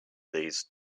these